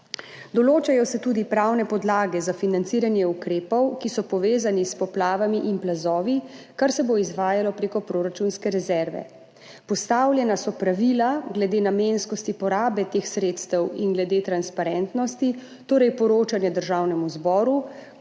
Določajo se tudi pravne podlage za financiranje ukrepov, ki so povezani s poplavami in plazovi, kar se bo izvajalo prek proračunske rezerve. Postavljena so pravila glede namenskosti porabe teh sredstev in glede transparentnosti, torej poročanja Državnemu zboru,